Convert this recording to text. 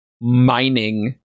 mining